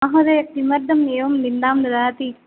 महोदया किमर्थम् एवं निन्दां ददाति